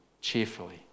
cheerfully